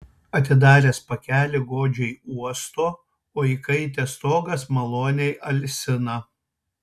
atidaręs pakelį godžiai uosto o įkaitęs stogas maloniai alsina